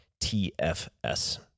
TFS